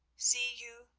see you,